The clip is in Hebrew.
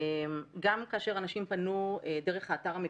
גם כאשר אנשים פנו דרך האתר,